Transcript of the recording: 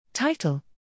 Title